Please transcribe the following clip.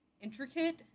intricate